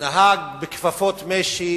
נהג בכפפות משי